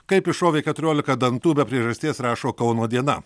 kaip iššovė keturiolika dantų be priežasties rašo kauno diena